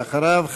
ואחריו,